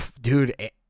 dude